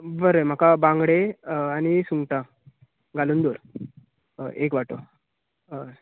बरें म्हाका बांगडे आनी सुंगटां घालून दवर हय एक वांटो हय